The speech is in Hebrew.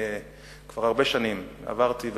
כבר הרבה שנים עברתי,